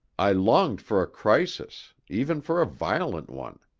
i longed for a crisis, even for a violent one.